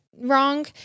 wrong